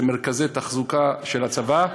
מרכזי תחזוקה של הצבא,